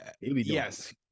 Yes